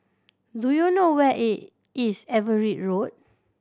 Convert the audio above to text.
do you know where is Everitt Road